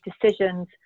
decisions